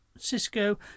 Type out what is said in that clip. Cisco